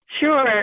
Sure